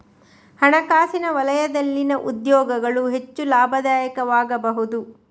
ಹಣಕಾಸಿನ ವಲಯದಲ್ಲಿನ ಉದ್ಯೋಗಗಳು ಹೆಚ್ಚು ಲಾಭದಾಯಕವಾಗಬಹುದು